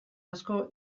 asko